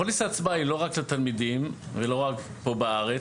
הפוליסה עצמה היא לא רק לתלמידים ולא רק פה בארץ